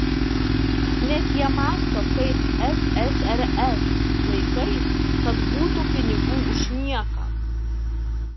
nes jie mąsto kaip ssrs laikais kad būna pinigų už nieką